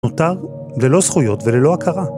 נותר ללא זכויות וללא הכרה.